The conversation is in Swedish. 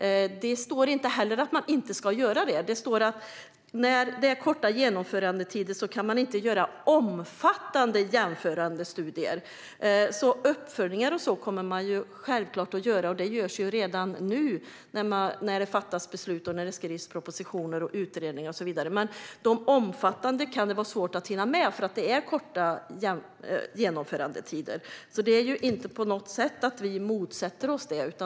Det står inte att man inte ska göra några sådana. Däremot står det att när det är korta genomförandetider kan man inte göra omfattande jämförande studier. Uppföljningar och sådant kommer man självklart att göra. Det görs redan nu när det fattas beslut och när man skriver propositioner, utredningar och så vidare. Men omfattande jämförande studier kan det vara svårt att hinna med, för det är korta genomförandetider. Det handlar alltså inte på något sätt om att vi motsätter oss detta.